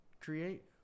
create